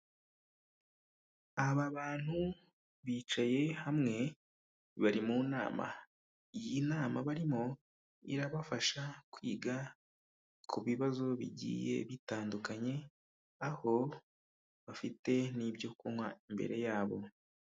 Aba bantu bicaye hamwe bari mu nama, iyi nama barimo irabafasha kwiga ku bibazo bigiye bitandukanye, aho bafite n'ibyo kunywa imbere yabo.